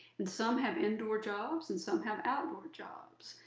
and some have indoor jobs and some have outdoor jobs.